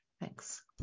Thanks